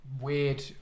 weird